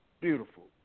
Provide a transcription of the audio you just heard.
beautiful